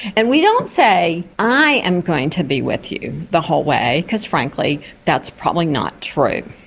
and we don't say i am going to be with you the whole way, because frankly that's probably not true,